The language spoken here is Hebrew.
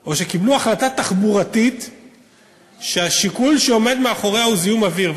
או שקיבלו החלטה תחבורתית שהשיקול שעומד מאחוריה הוא זיהום אוויר,